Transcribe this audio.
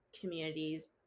communities